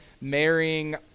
marrying